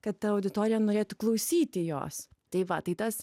kad ta auditorija norėtų klausyti jos tai va tai tas